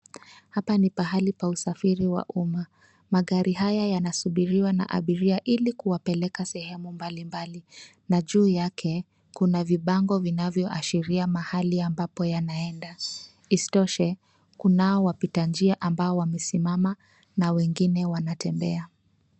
Hapa ni pahali pa usafiri wa umma. Magari haya yana subiriwa na abiria ili kuwapeleka sehemu mbalimbali na juu yake kuna vibango vinavyo ashiria mahali ambapo yanaenda. Isitoshe kunao wapita njia ambao wamesimama na wengine wanatembea.